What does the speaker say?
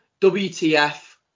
WTF